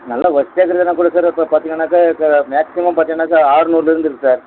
நல்லா ஒஸ்தியாக கல்லே நான் கொடுக்கறத ப பார்த்திங்கன்னாக்க இப்போ மேக்சிமம் பார்த்திங்கன்னாக்கா ஆறுநூறுலருந்து இருக்கு சார்